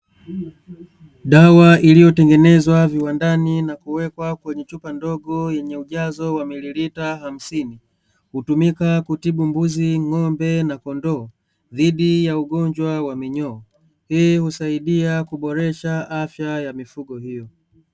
Dawa iliyotengenezwa viwandani na kuwekwa kwenye chupa ndogo yenye ujazo wa mililita hamsini, hutumika kutibu mbuzi, ng'ombe na kondoo, dhidi ya ugonjwa wa minyoo. Hii husaidia kuboresha afya ya mifugo hiyo.